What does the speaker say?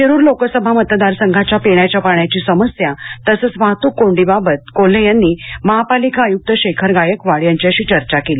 शिरूर लोकसभा मतदार संघाच्या पिण्याच्या पाण्याची समस्या तसेच वाहतूक कोंडीबाबत कोल्हे यांनी महापालिका आयुक्त शेखर गायकवाड यांच्याशी चर्चा केली